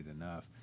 enough